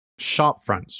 Shopfronts